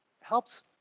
helps